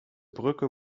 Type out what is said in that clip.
brücke